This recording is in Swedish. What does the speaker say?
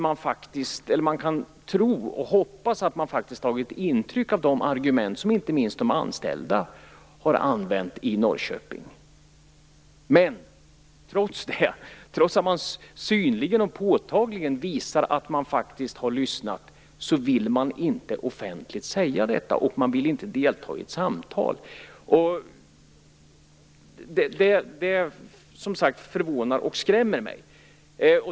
Vi kan tro och hoppas att man faktiskt har tagit intryck av de argument som inte minst de anställda har använt i Norrköping. Men trots att man synligt och påtagligt visar att man faktiskt har lyssnat vill man inte säga detta offentligt och inte delta i samtal. Och, som sagt, det förvånar och skrämmer mig.